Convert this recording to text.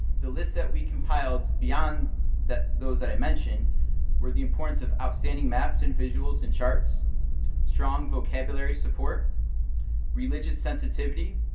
the list that we compiled beyond those that i mentioned were the importance of outstanding maps and visuals and charts strong vocabulary support religious sensitivity